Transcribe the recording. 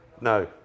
No